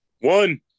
One